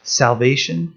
salvation